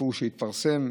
הסיפור שהתפרסם,